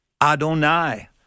Adonai